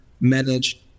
manage